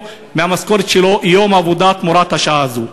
מהמשכורת שלו שכר יום עבודה תמורת השעה הזו.